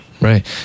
Right